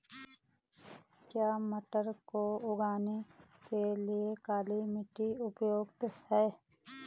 क्या मटर को उगाने के लिए काली मिट्टी उपयुक्त है?